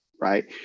Right